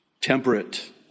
temperate